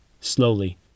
Slowly